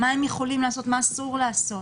מה מותר להם לעשות ומה אסור להם לעשות.